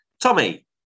Tommy